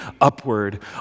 upward